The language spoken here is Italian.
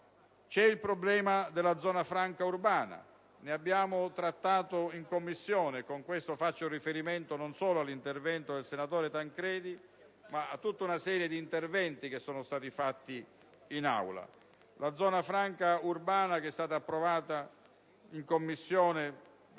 1. Il problema della zona franca urbana lo abbiamo trattato in Commissione, e con questo faccio riferimento non solo all'intervento del senatore Tancredi ma a tutta una serie di interventi che sono stati fatti in Aula. La zona franca urbana, che è stata approvata in Commissione